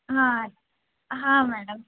ಹಾಂ ಹಾಂ ಮೇಡಮ್